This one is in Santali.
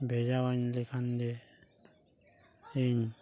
ᱵᱷᱮᱡᱟᱣᱟᱹᱧ ᱞᱮᱠᱷᱟᱱ ᱜᱮ ᱤᱧ